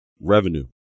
revenue